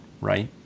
right